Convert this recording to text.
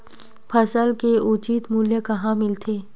फसल के उचित मूल्य कहां मिलथे?